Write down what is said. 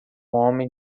homem